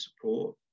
support